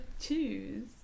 choose